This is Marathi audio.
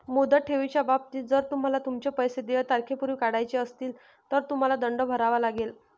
मुदत ठेवीच्या बाबतीत, जर तुम्हाला तुमचे पैसे देय तारखेपूर्वी काढायचे असतील, तर तुम्हाला दंड भरावा लागेल